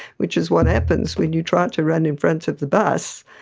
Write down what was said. which is what happens when you try to run in front of the bus.